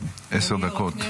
עשר דקות.